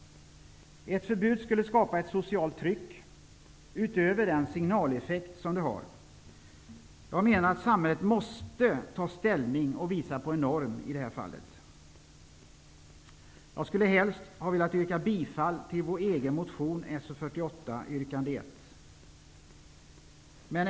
Ett förbud skulle skapa ett socialt tryck utöver den signaleffekt det har. Jag menar att samhället måste ta ställning och visa på en norm i det här fallet. Jag skulle helst ha velat yrka bifall till vår egen motion So48, yrkande 1.